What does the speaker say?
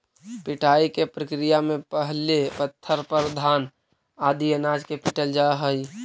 पिटाई के प्रक्रिया में पहिले पत्थर पर घान आदि अनाज के पीटल जा हइ